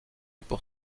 pour